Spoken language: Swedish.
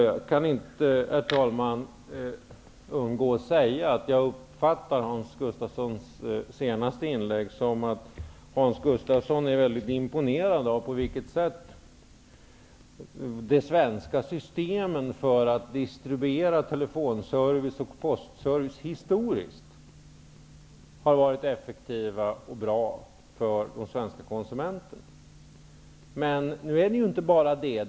Jag kan inte, herr talman, undgå att säga att jag uppfattar Hans Gustafssons senaste inlägg så, att Hans Gustafsson är väldigt imponerad av hur effektiva och bra de svenska systemen för distribution av telefonservice och postservice historiskt sett har varit för de svenska konsumenterna. Men det handlar nu inte enbart om det.